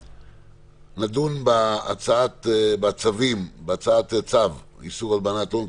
אנחנו נדון בהצעת צו איסור הלבנת הון.